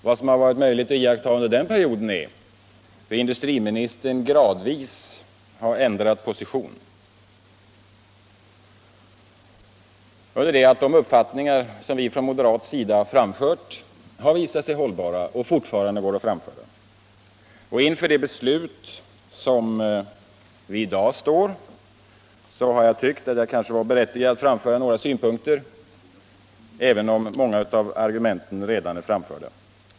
Vad som varit möjligt att iaktta under den perioden är hur industriministern gradvis har ändrat position, under det att de uppfattningar som vi från moderat sida har framfört visat sig hållbara och fortfarande går att framföra. Inför dagens beslut har jag tyckt att jag kanske är berättigad att framlägga några synpunkter, även om många av argumenten redan är framförda.